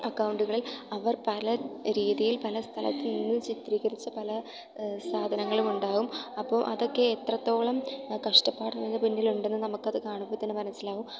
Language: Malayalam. അക്കൗണ്ടുകളിൽ അവർ പല രീതിയിൽ പല സ്ഥലത്തുനിന്ന് ചിത്രീകരിച്ച പല സാധനങ്ങളും ഉണ്ടാവും അപ്പോൾ അതൊക്കെ എത്രത്തോളം കഷ്ടപ്പാട് അതിന് പിന്നിലുണ്ടെന്ന് നമുക്കത് കാണുമ്പോൾ തന്നെ മനസ്സിലാവും